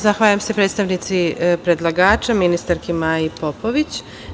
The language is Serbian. Zahvaljujem se predstavnici predlagača, ministarki Maji Popović.